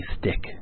stick